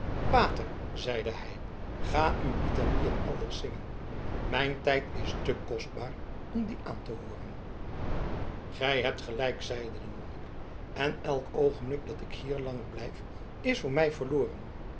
pater zeide hij ga uwe litaniën elders zingen mijn tijd is te kostbaar om die aan te hooren gij hebt gelijk zeide de monnik en elk oogenblik dat ik hier langer blijf is voor mij verloren